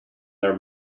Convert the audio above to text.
their